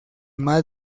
más